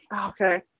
Okay